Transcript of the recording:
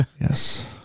yes